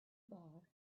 bar